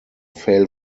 fail